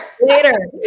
Later